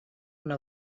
una